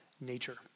nature